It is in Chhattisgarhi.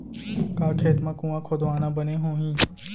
का खेत मा कुंआ खोदवाना बने होही?